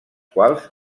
quals